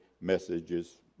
messages